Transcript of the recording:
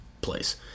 place